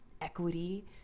equity